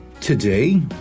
Today